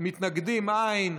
מתנגדים אין,